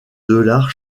dollars